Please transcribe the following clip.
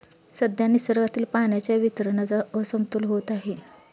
सध्या निसर्गातील पाण्याच्या वितरणाचा असमतोल होत आहे